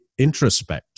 introspect